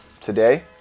today